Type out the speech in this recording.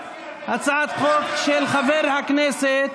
על הצעת החוק של חבר הכנסת